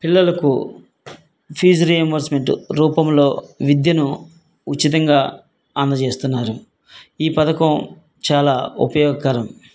పిల్లలకు fees reimbursement రూపంలో విద్యను ఉచితంగా అందజేస్తున్నారు ఈ పథకం చాలా ఉపయోగకరం